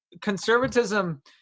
conservatism